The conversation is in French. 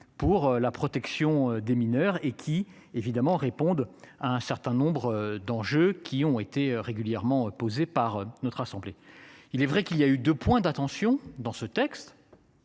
pour la protection des mineurs et qui évidemment répondent à un certain nombre d'enjeux qui ont été régulièrement posée par notre assemblée. Il est vrai qu'il y a eu 2 points d'attention dans ce texte.